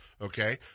Okay